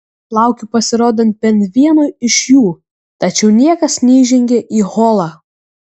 laukiu pasirodant bent vieno iš jų tačiau niekas nežengia į holą